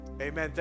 Amen